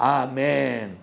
amen